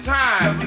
time